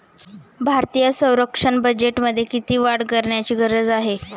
भारतीय संरक्षण बजेटमध्ये किती वाढ करण्याची गरज आहे?